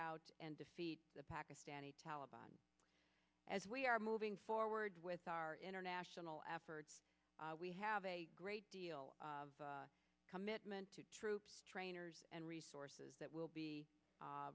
out and defeat the pakistani taliban as we are moving forward with our international efforts we have a great deal of commitment to troops trainers and resources that will be